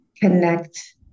connect